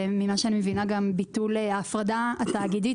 וממה שאני מבינה גם ביטול ההפרדה התאגידית